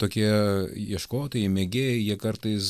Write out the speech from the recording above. tokie ieškotojai mėgėjai jie kartais